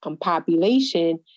population